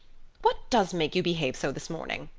what does make you behave so this morning?